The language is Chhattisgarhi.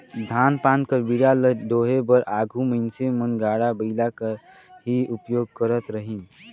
धान पान कर बीड़ा ल डोहे बर आघु मइनसे मन गाड़ा बइला कर ही उपियोग करत रहिन